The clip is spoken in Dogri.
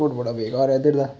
फूड बड़ा बेकार ऐ इद्धर दा